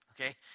okay